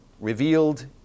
revealed